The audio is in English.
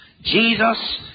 Jesus